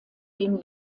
den